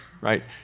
Right